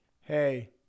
Hey